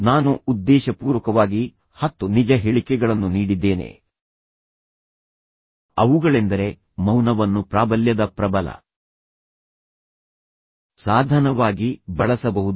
ನಾನು ಉದ್ದೇಶಪೂರ್ವಕವಾಗಿ ಹತ್ತು ನಿಜ ಹೇಳಿಕೆಗಳನ್ನು ನೀಡಿದ್ದೇನೆ ಅವುಗಳೆಂದರೆ ಮೌನವನ್ನು ಪ್ರಾಬಲ್ಯದ ಪ್ರಬಲ ಸಾಧನವಾಗಿ ಬಳಸಬಹುದು